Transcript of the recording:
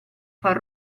far